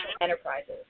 enterprises